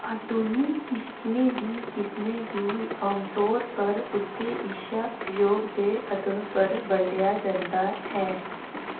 आधुनिक किश्तियें दियें किस्में गी आमतौर पर उं'दे इच्छित उपयोग दे अधार पर बंडेआ जंदा ऐ